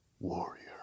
Warrior